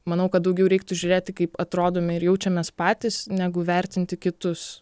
manau kad daugiau reiktų žiūrėti kaip atrodome ir jaučiamės patys negu vertinti kitus